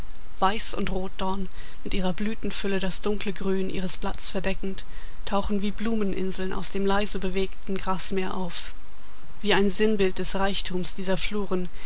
weiß und rotdorn mit ihrer blütenfülle das dunkle grün ihres blatts verdeckend tauchen wie blumen inseln aus dem leisebewegten grasmeer auf wie ein sinnbild des reichtums dieser fluren